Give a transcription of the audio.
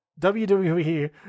wwe